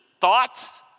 thoughts